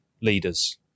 leaders